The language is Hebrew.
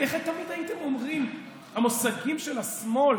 איך תמיד הייתם אומרים במושגים של השמאל?